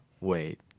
wait